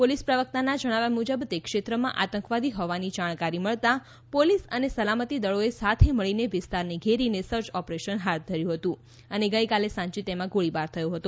police પ્રવક્તાના જણાવ્યા મુજબ તે ક્ષેત્રમાં આંતકવાદી હોવાની જાણકારી મળતાં પોલીસ અને સલામતી દળોએ સાથે મળીને વિસ્તારને ઘેરી સર્ચ ઓપરેશન હાથ ધર્યું હતું અને ગઇકાલે સાંજે ગોળીબાર થયો હતો